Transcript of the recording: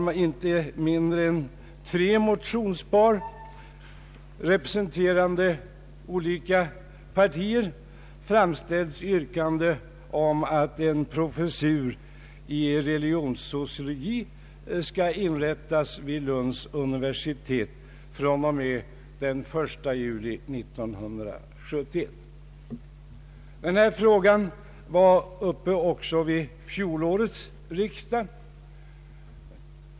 I inte mindre än tre motionspar, representerande olika partier, har framställts yrkanden om att en professur i religionssociologi skall inrättas vid Lunds universitet fr.o.m. den 1 juli 1971. Denna fråga var up pe även vid fjolårets riksdag.